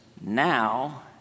now